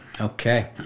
Okay